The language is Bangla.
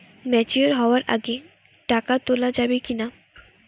ম্যাচিওর হওয়ার আগে টাকা তোলা যাবে কিনা?